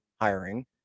hiring